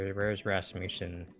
river's restoration